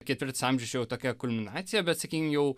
ketvirtas amžius čia jau tokia kulminacija bet sakykim jau